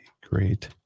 Great